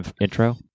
intro